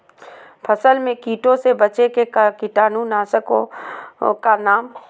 फसल में कीटों से बचे के कीटाणु नाशक ओं का नाम?